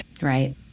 Right